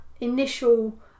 initial